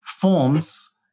forms